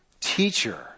Teacher